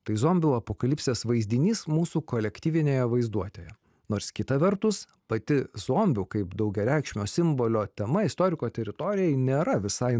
tai zombių apokalipsės vaizdinys mūsų kolektyvinėje vaizduotėje nors kita vertus pati zombių kaip daugiareikšmio simbolio tema istoriko teritorijai nėra visai